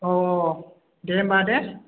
औ औ औ दे होम्बा दे